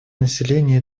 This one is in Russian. население